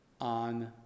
on